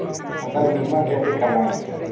फसल बीमा कैसे कराएँ?